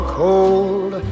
cold